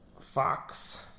Fox